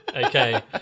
Okay